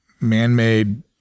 man-made